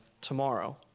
tomorrow